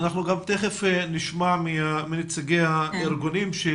אנחנו תיכף גם נשמע מנציגי הארגונים שהם